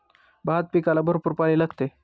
भात पिकाला भरपूर पाणी लागते